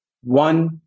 one